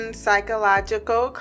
psychological